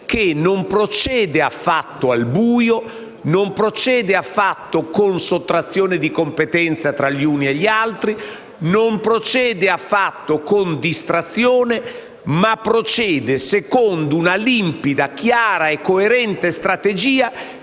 che non procede affatto al buio; non procede affatto con sottrazione di competenze tra gli uni e gli altri; non procede affatto con distrazione, ma procede secondo una limpida, chiara e coerente strategia